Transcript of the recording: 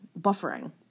buffering